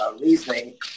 reasoning